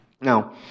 Now